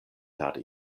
per